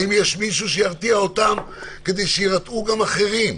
האם יש מישהו שירתיע אותם כדי שיירתעו גם אחרים?